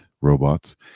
robots